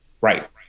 Right